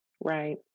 Right